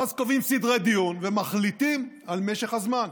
ואז קובעים סדרי דיון ומחליטים על משך הזמן.